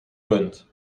rund